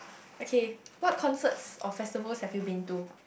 okay what concerts or festivals have you been to